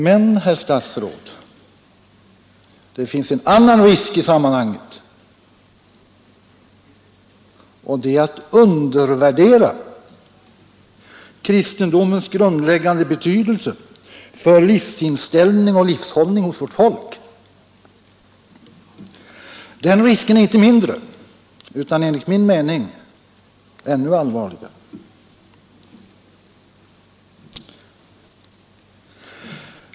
Men, herr statsråd, det finns en annan risk i sammanhanget, och det är att undervärdera kristendomens grundläggande betydelse för livsinställning och livshållning hos vårt folk. Den ri en är inte mindre, utan enligt min uppfattning ännu allvarligare.